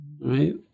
Right